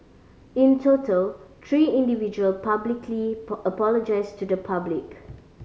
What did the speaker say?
in total three individual publicly apologised to the public